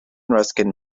ruskin